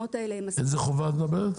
על איזו חובה את מדברת?